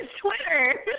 twitter